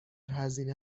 هزینه